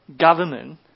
government